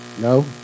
No